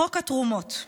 חוק התרומות,